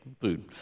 food